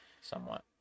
Somewhat